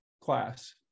class